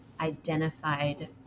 identified